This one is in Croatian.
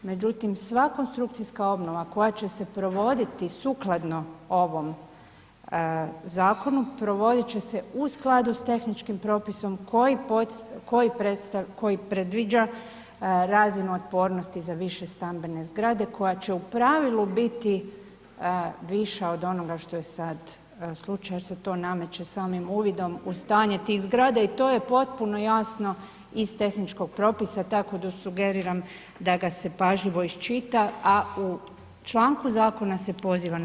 Međutim, sva konstrukcijska obnova koja će se provoditi sukladno ovom zakonu, provodit će se u skladu s tehničkim propisom koji predviđa razinu otpornosti za višestambene zgrade, koja će u pravilu biti viša od onoga što je sad slučaj jer se to nameće samim uvidom u stanje tih zgrada i to je potpuno jasno iz tehničkog propisa, tako da sugeriram da ga se pažljivo iščita, a u članku zakona se poziva na